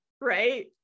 right